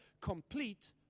complete